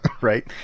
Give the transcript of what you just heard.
Right